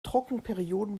trockenperioden